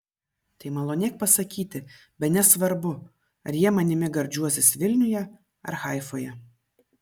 tai malonėk pasakyti bene svarbu ar jie manimi gardžiuosis vilniuje ar haifoje